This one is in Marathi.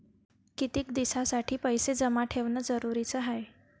कितीक दिसासाठी पैसे जमा ठेवणं जरुरीच हाय?